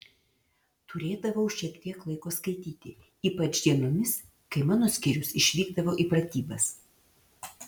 turėdavau šiek tiek laiko skaityti ypač dienomis kai mano skyrius išvykdavo į pratybas